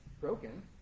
broken